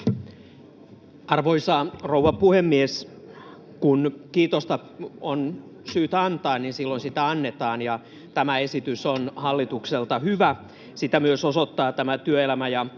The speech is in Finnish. Arvoisa rouva puhemies! Kun kiitosta on syytä antaa, niin silloin sitä annetaan, ja tämä esitys on hallitukselta hyvä. Sitä osoittaa myös tämä työelämä-